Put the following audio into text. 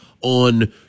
on